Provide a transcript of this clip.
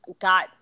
got